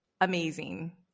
amazing